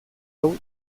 hau